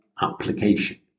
application